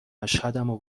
اشهدمو